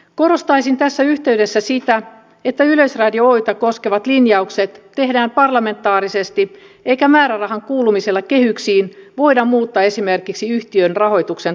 korostaisin tässä yhteydessä sitä että yleisradio oytä koskevat linjaukset tehdään parlamentaarisesti eikä määrärahan kuulumisella kehyksiin voida muuttaa esimerkiksi yhtiön rahoituksen tasoa